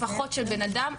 לפחות של בן אדם.